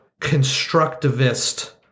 constructivist